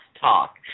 talk